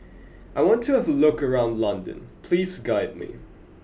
I want to have a look around London please guide me